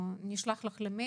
נשלח לכם את הפניה